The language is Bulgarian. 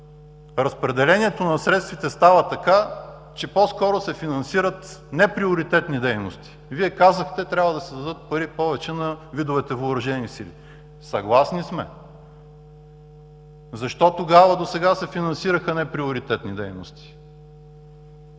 разпределението на средствата става така, че по-скоро се финансират неприоритетни дейности. Вие казахте, че трябва да се дадат повече пари на видовете въоръжени сили. Съгласни сме. Защо тогава досега се финансираха неприоритетни дейности?